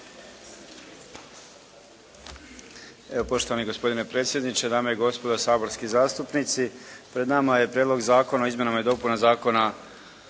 Evo poštovani gospodine predsjedniče, dame i gospodo saborski zastupnici. Pred nama je Prijedlog zakona o izmjenama i dopunama Zakona